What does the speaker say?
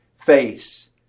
face